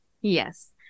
Yes